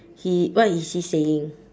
he what is he saying